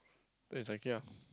eh zai kia